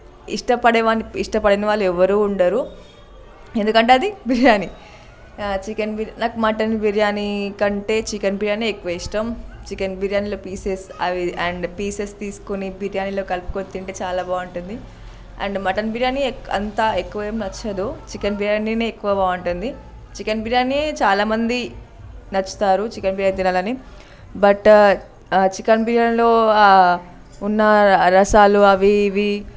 ఇష్టపడేవానికి ఇష్టపడిన వాళ్ళు ఎవరూ ఉండరు ఎందుకంటే అది బిర్యానీ చికెన్ బిర్యాని నాకు మటన్ బిర్యానీ కంటే చికెన్ బిర్యాని ఎక్కువ ఇష్టం చికెన్ బిర్యానీలో పీసెస్ అవి అండ్ పీసెస్ తీసుకొని బిర్యానీలో కలుపుకొని తింటే చాలా బాగుంటుంది అండ్ మటన్ బిర్యానీ అంతా ఎక్కువ ఏమీ నచ్చదు చికెన్ బిర్యానీనే ఎక్కువ బాగుంటుంది చికెన్ బిర్యాని చాలా మంది నచ్చుతారు చికెన్ బిర్యాని తినాలని బట్ చికెన్ బిర్యానీలో ఉన్న రసాలు అవి ఇవి